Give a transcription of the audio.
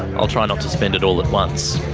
i'll try not to spend it all at once.